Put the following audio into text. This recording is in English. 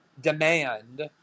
demand